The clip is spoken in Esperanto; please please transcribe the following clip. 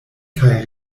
kaj